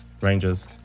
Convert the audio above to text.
Rangers